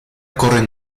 corren